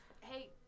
hey